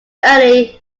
early